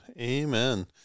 Amen